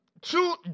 two